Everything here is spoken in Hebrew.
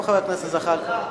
איפה חבר הכנסת זחאלקה?